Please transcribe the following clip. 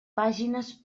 pàgines